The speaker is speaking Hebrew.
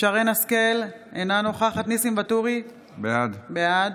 שרן מרים השכל, אינה נוכחת ניסים ואטורי, בעד